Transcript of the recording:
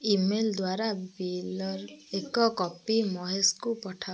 email ଦ୍ୱାରା ବିଲର ଏକ କପି ମହେଶକୁ ପଠାଅ